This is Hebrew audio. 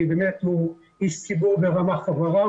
שבאמת הוא איש ציבור ברמ"ח איבריו,